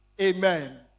Amen